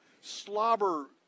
slobber